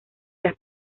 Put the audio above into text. las